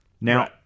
Now